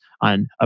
on